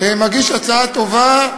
מגיש הצעה טובה,